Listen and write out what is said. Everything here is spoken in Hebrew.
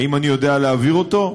האם אני יודע להעביר אותו?